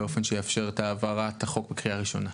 באופן שיאפשר את העברת החוק בקריאה הראשונה.